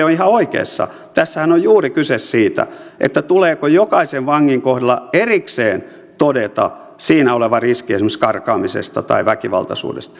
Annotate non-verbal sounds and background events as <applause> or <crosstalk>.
<unintelligible> on ihan oikeassa tässähän on juuri kyse siitä tuleeko jokaisen vangin kohdalla erikseen todeta siinä oleva riski esimerkiksi karkaamisesta tai väkivaltaisuudesta <unintelligible>